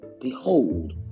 Behold